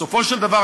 בסופו של דבר,